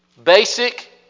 Basic